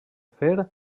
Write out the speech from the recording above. fer